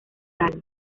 gales